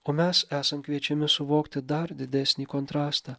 o mes esam kviečiami suvokti dar didesnį kontrastą